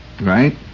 Right